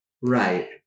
Right